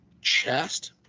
Chest